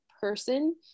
person